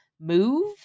move